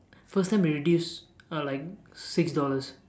first time it reduce uh like six dollars